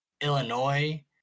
illinois